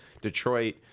Detroit